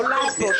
נולד פה,